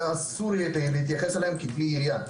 ואסור להתייחס אליהם כאל כלי ירייה,